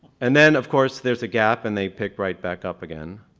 and then, of course, there's a gap and they pick right back up again.